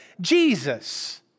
Jesus